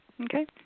Okay